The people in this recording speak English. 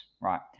right